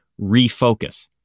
refocus